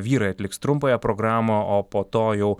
vyrai atliks trumpąją programą o po to jau